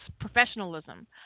professionalism